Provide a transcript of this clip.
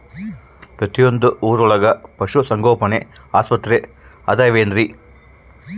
ಪ್ರತಿಯೊಂದು ಊರೊಳಗೆ ಪಶುಸಂಗೋಪನೆ ಆಸ್ಪತ್ರೆ ಅದವೇನ್ರಿ?